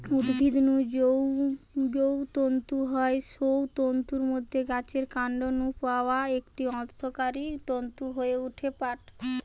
উদ্ভিদ নু যৌ তন্তু হয় সৌ তন্তুর মধ্যে গাছের কান্ড নু পাওয়া একটি অর্থকরী তন্তু হয়ঠে পাট